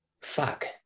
fuck